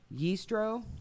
Yistro